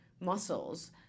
muscles